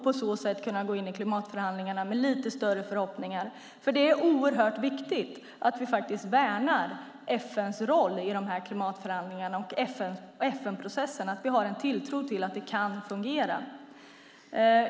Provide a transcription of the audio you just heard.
På så sätt kunde vi gå in i klimatförhandlingarna med lite större förhoppningar, för det är oerhört viktigt att vi faktiskt värnar och har en tilltro till FN:s roll och att FN-processen i de här klimatförhandlingarna kan fungera.